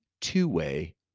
two-way